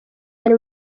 ari